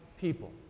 people